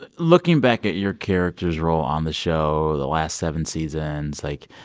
looking back at your character's role on the show the last seven seasons, like,